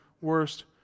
worst